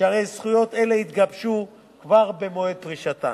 שהרי זכויות אלה התגבשו כבר במועד פרישתם.